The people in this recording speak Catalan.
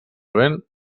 vent